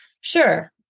sure